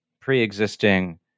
pre-existing